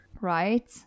Right